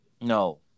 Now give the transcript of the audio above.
No